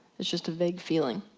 it's just a vague feeling.